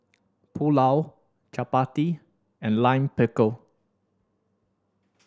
Pulao Chapati and Lime Pickle